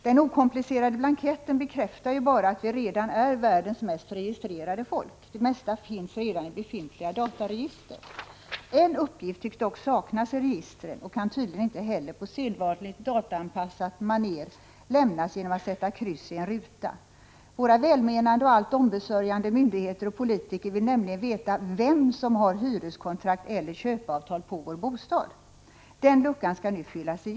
Den okomplicerade blanketten bekräftar bara att vi redan är världens mest registrerade folk. Det mesta finns redan i befintliga dataregister. En uppgift tycks dock saknas i registret och kan tydligen inte heller på sedvanligt dataanpassat maner lämnas genom att man sätter kryss i en ruta. Den luckan skall nu fyllas igen. Våra välmenande och allt ombesörjande myndigheter och politiker vill nämligen veta vem som har hyreskontrakt eller köpeavtal på vår bostad.